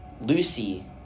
Lucy